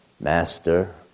Master